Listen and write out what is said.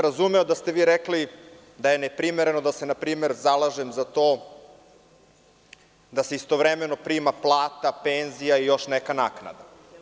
Razumeo bih da ste vi rekli da je neprimereno da se na primer zalažem za to da se istovremeno prima plata, penzija i još neka naknada.